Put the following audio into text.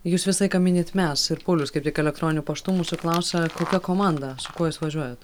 jūs visą laiką minit mes ir paulius kaip tik elektroniniu paštu mūsų klausia kokia komanda su kuo jūs važiuojat